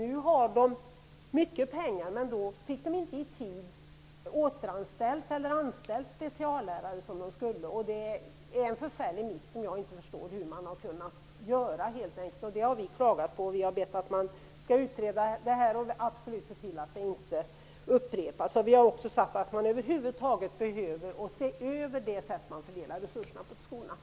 Nu har de mycket pengar, men de har inte i tid kunnat anställa speciallärare. Det var en förfärlig miss, som jag inte förstår att man kunde göra. Vi har klagat på detta, och vi har bett att man skall utreda det och se till att det inte upprepas. Vi har också sagt att det över huvud taget är nödvändigt att se över det sätt på vilket resurserna till skolan fördelas.